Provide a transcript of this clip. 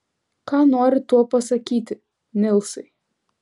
ką nori tuo pasakyti nilsai